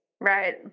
Right